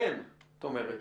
אין, את אומרת?